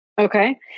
Okay